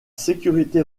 sécurité